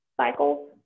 cycles